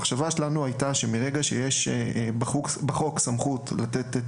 המחשבה שלנו הייתה שמרגע שיש בחוק סמכות לתת את